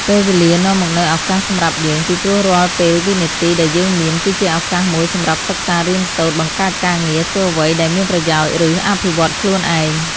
ពេលវេលានាំមកនូវឱកាសសម្រាប់យើង ពីព្រោះរាល់ពេលវិនាទីដែលយើងមាន គឺជាឱកាសមួយសម្រាប់សិក្សារៀនសូត្រ បង្កើតការងារ ធ្វើអ្វីដែលមានប្រយោជន៍ ឬអភិវឌ្ឍខ្លួនឯង។